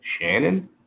Shannon